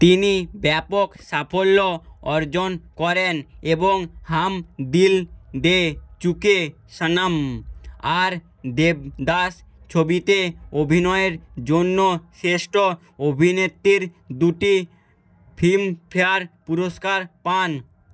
তিনি ব্যাপক সাফল্য অর্জন করেন এবং হাম দিল দে চুকে সনম আর দেবদাস ছবিতে অভিনয়ের জন্য শ্রেষ্ঠ অভিনেত্রীর দুটি ফিল্মফেয়ার পুরস্কার পান